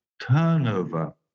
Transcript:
turnover